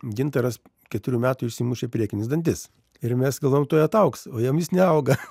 gintaras keturių metų išsimušė priekinius dantis ir mes galvojom tuoj ataugs o jam vis neauga